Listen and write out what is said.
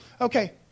Okay